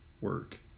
work